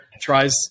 tries